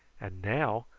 and now,